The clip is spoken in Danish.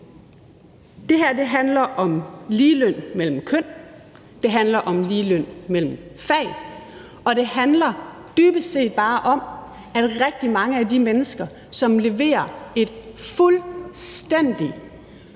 Det her handler om ligeløn mellem køn, det handler om ligeløn mellem fag, og det handler dybest set bare om, at rigtig mange af de mennesker, som leverer et fuldstændig